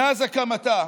מאז הקמתה,